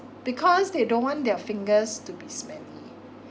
because they don't want their fingers to be smelly